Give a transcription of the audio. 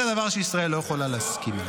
זה דבר שישראל לא יכולה להסכים לו.